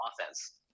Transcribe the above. offense